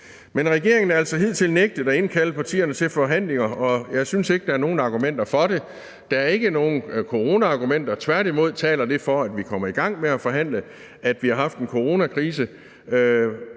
Men regeringen har altså hidtil nægtet at indkalde partierne til forhandlinger, og jeg synes ikke, at der er nogen argumenter for det. Der er ikke nogen coronaargumenter. Tværtimod taler det for, at vi kommer i gang med at forhandle, at vi har haft en coronakrise